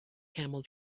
camel